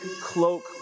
cloak